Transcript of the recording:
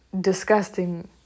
disgusting